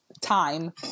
time